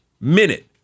Minute